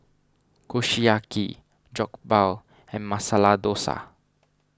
Kushiyaki Jokbal and Masala Dosa